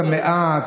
את המעט,